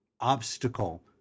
obstacle